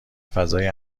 فضای